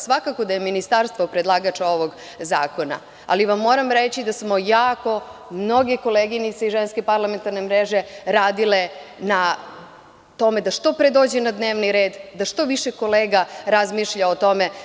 Svakako da je ministarstvo predlagač ovog zakona, ali vam moram reći da smo jako, mnoge koleginice iz Ženske parlamentarne mreže, radile na tome da što pre dođe na dnevni red, da što više kolega razmišlja o tome.